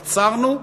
עצרנו.